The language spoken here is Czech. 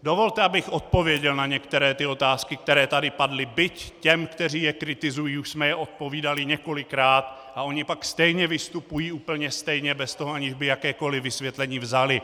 Dovolte, abych odpověděl na některé otázky, které tady padly, byť těm, kteří je kritizují, už jsme je odpovídali několikrát a oni pak stejně vystupují úplně stejně, aniž by jakékoliv vysvětlení vzali.